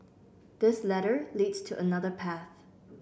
this ladder leads to another path